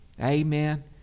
Amen